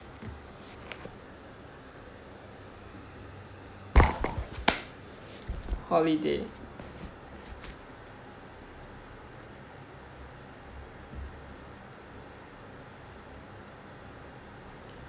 holiday